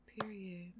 Period